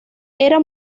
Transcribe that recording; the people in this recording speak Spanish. era